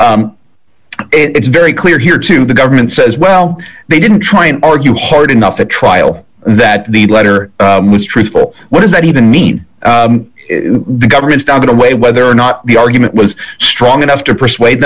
it's very clear here too the government says well they didn't try and argue hard enough at trial that the letter was truthful what does that even mean the government's down to weigh whether or not the argument was strong enough to persuade